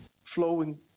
Flowing